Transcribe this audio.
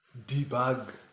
debug